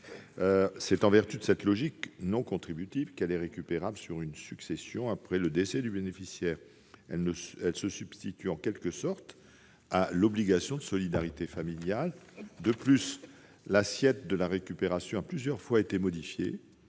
C'est en vertu de cette logique non contributive qu'elle est récupérable sur succession après le décès du bénéficiaire. Elle se substitue en quelque sorte à l'obligation de solidarité familiale. De plus, l'assiette de la récupération a plusieurs fois été modifiée